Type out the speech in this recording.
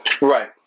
Right